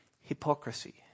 Hypocrisy